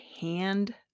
hand